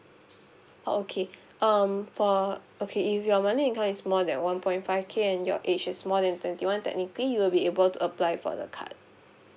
oh okay um for okay if your monthly income is more than one point five K and your age is more than twenty one technically you will be able to apply for the card